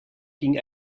ging